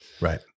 Right